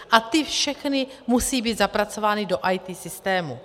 A ty všechny musí být zapracovány do IT systému.